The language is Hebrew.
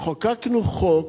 חוקקנו חוק